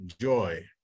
JOY